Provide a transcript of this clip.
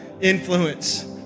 influence